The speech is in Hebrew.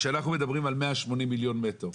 כשאנחנו מדברים על 180 מיליון מטר,